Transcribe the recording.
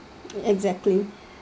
exactly